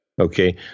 Okay